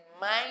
mind